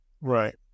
Right